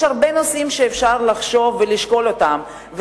יש הרבה נושאים שאפשר לחשוב ולשקול אותם,